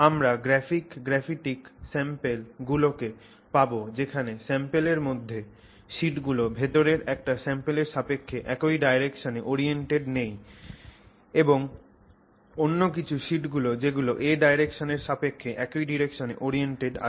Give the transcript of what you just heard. আমরা graphic graphitic sample গুলো কে পাবো যেখানে স্যাম্পলের মধ্যে শিট গুলো ভেতরের একটা স্যাম্পলের সাপেক্ষে একই ডাইরেকশনে ওরিয়েন্টেড নেই এবং অন্য কিছু শিট আছে যেগুলো a direction এর সাপেক্ষে একই ডাইরেকশনে ওরিয়েন্টেড আছে